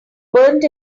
burned